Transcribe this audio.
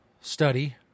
study